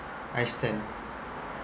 understand